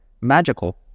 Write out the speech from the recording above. magical